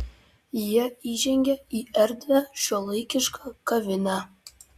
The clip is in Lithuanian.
jie įžengė į erdvią šiuolaikišką kavinę